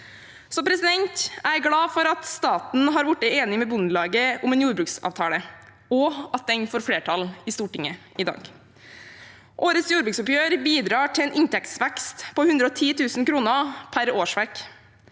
samfunnet. Jeg er glad for at staten har blitt enig med Bondelaget om en jordbruksavtale, og for at den får flertall i Stortinget i dag. Årets jordbruksoppgjør bidrar til en inntektsvekst på 110 000 kr per årsverk.